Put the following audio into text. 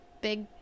big